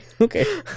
okay